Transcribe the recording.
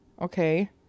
Okay